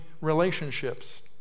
relationships